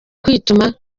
kwituma